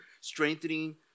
strengthening